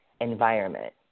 environment